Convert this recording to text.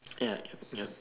ya yep